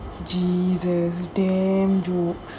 jesus damn joke